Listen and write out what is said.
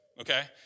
okay